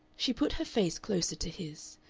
she put her face closer to his.